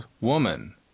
Woman